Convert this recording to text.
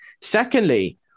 Secondly